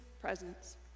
presence